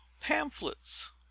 pamphlets